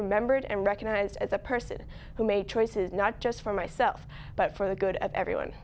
remembered and recognize as a person who made choices not just for myself but for the good of everyone